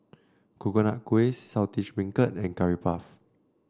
Coconut Kuih Saltish Beancurd and Curry Puff